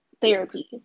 therapy